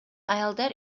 аялдар